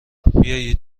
بیایید